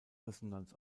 resonanz